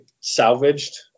salvaged